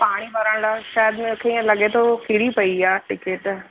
पाणी भरण लाइ शायदि मूंखे ईअं लॻे थो किरी पई आहे टिकट